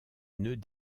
nœuds